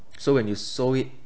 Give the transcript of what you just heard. so when you sold it